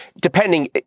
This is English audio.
depending